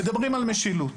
משילות